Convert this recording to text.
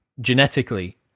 genetically